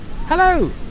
Hello